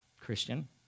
Christian